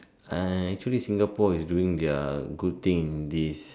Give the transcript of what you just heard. I actually Singapore is doing their good thing in this